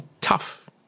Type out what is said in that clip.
tough